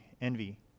Envy